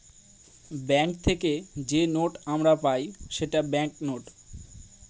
bank থেকে যে note আমরা পাই সেটা ব্যাঙ্ক নোট